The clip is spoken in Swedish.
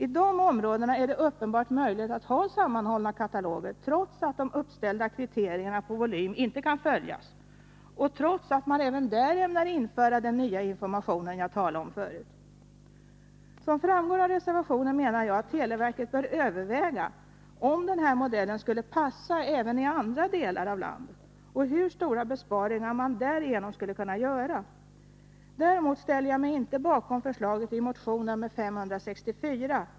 I dessa områden är det uppenbarligen möjligt att ha sammanhållna kataloger trots att de uppställda kriterierna på volym inte kan följas och trots att man även där ämnar införa den nya information som jag talade om förut. Som framgår av resevationen menar jag att televerket bör överväga om den här modellen skulle passa även i andra delar av landet och hur stora besparingar man därigenom skulle kunna göra. Däremot ställer jag mig inte bakom förslaget i motion nr 564.